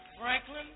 Franklin